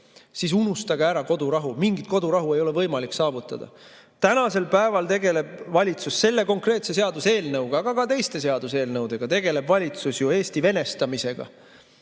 siis unustage ära kodurahu, mingit kodurahu ei ole võimalik saavutada. Tänasel päeval tegeleb valitsus selle konkreetse seaduseelnõuga, aga ka teiste seaduseelnõudega, tegeleb ju Eesti venestamisega,